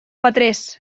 petrés